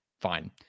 fine